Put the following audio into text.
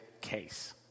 case